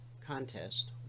Contest